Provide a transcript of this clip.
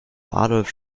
adolph